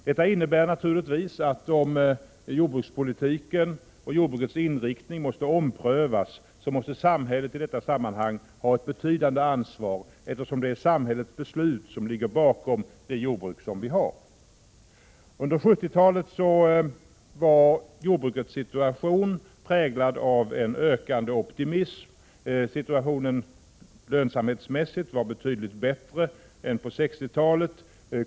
Detta innebär naturligtvis att om jordbrukspolitiken och jordbrukets inriktning måste omprövas, då måste samhället i det sammanhanget ha ett betydande ansvar, eftersom det är samhällets beslut som ligger bakom det jordbruk som vi har. Under 70-talet var jordbrukets situation präglad av en ökande optimism. Lönsamhetsmässigt var situationen betydligt bättre än på 60-talet.